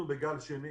אנחנו בגל שני